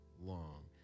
long